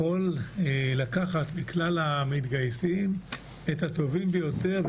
לקחת מכלל המתגייסים את הטובים ביותר,